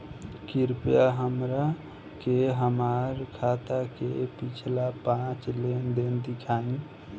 कृपया हमरा के हमार खाता के पिछला पांच लेनदेन देखाईं